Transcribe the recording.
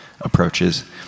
approaches